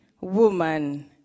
Woman